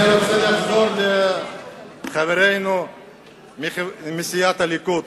אני רוצה לחזור לחברינו מסיעת הליכוד.